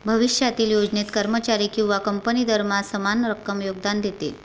भविष्यातील योजनेत, कर्मचारी किंवा कंपनी दरमहा समान रक्कम योगदान देते